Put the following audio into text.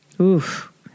Oof